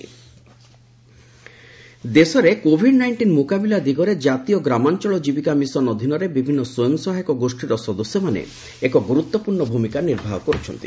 ସ୍ୱୟଂ ସହାୟକ ଗୋଷ୍ଠୀ ଦେଶରେ କୋଭିଡ୍ ନାଇଷ୍ଟିନ୍ ମୁକାବିଲା ଦିଗରେ ଜାତୀୟ ଗ୍ରାମାଞ୍ଚଳ ଜୀବିକା ମିଶନ ଅଧୀନରେ ବିଭିନ୍ନ ସ୍ପୟଂ ସହାୟକ ଗୋଷୀର ସଦସ୍ୟମାନେ ଏକ ଗୁରୁତ୍ୱପୂର୍ଣ୍ଣ ଭୂମିକା ନିର୍ବାହ କରୁଛନ୍ତି